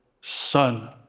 son